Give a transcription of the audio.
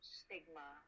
stigma